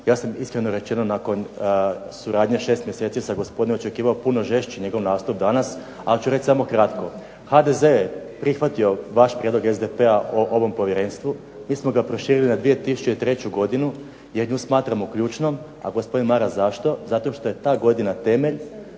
Ja sam iskreno rečeno nakon suradnje 6 mjeseci sa gospodinom očekivao puno žešći njegov nastup danas, ali ću reći samo kratko. HDZ je prihvatio vaš prijedlog SDP-a o ovom povjerenstvu, mi smo ga proširili na 2003. godine jer nju smatramo ključnom, a gospodin Maras zašto, zato što je ta godina temelj